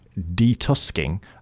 detusking